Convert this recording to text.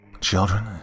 Children